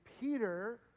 Peter